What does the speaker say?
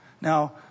Now